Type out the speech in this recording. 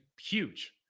huge